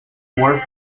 more